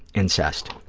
incest.